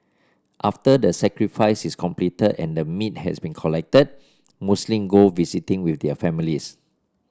after the sacrifice is completed and the meat has been collected Muslim go visiting with their families